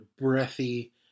breathy